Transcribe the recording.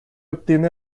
obtiene